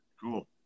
Cool